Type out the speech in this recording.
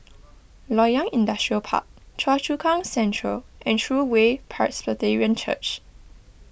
Loyang Industrial Park Choa Chu Kang Central and True Way Presbyterian Church